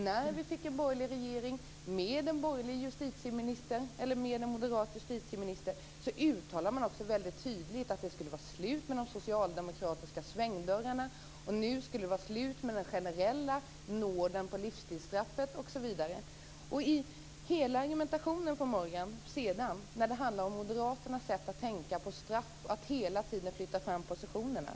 När vi fick en borgerlig regering med en moderat justitieminister uttalade man väldigt tydligt att det skulle vara slut med de socialdemokratiska svängdörrarna, med den generella nåden när det gällde livstidsstraffet osv. Moderaterna var vidare i sin argumentation mot Morgan tydliga i sitt sätt att tänka på straff. De vill hela tiden flytta fram positionerna.